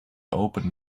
open